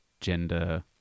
gender